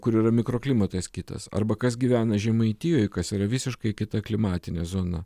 kur yra mikroklimatas kitas arba kas gyvena žemaitijoj kas yra visiškai kita klimatinė zona